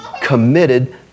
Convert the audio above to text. committed